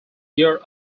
year